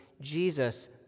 Jesus